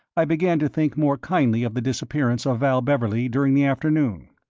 i began to think more kindly of the disappearance of val beverley during the afternoon.